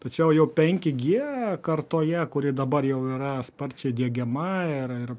tačiau jau penki gie kartoje kuri dabar jau yra sparčiai diegiama ir ir